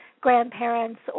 grandparents